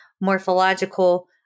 morphological